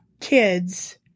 kids